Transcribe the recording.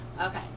okay